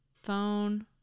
Phone